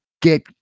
Get